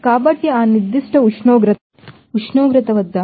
కాబట్టి ఆ particular temperature నిర్దిష్ట ఉష్ణోగ్రత వద్ద 181